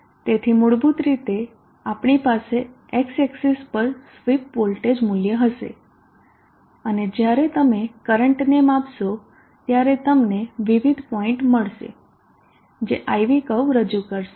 તેથી મૂળભૂત રીતે આપણી પાસે x એક્સિસ પર સ્વીપ વોલ્ટેજ મૂલ્ય હશે અને જ્યારે તમે કરંટને માપશો ત્યારે તમને વિવિધ પોઇન્ટ મળશે જે I V કર્વ રજૂ કરશે